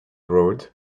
road